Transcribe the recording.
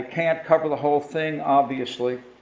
can't cover the whole thing, obviously.